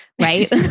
right